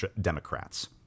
Democrats